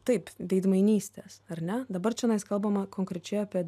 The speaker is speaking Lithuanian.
taip veidmainystės ar ne dabar čionais kalbama konkrečiai apie